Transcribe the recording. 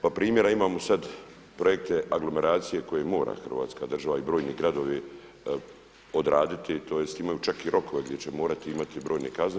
Pa primjera imamo sad, projekte aglomeracije koje mora Hrvatska država i brojni gradovi odraditi, tj. imaju čak i rokove gdje će morati imati brojne kazne.